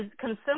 consumers